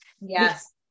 Yes